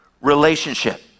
relationship